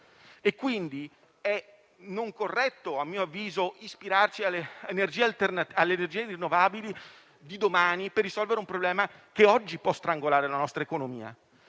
Quindi non è corretto - a mio avviso - affidarci alle energie rinnovabili di domani per risolvere un problema che oggi può strangolare la nostra economia;